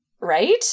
right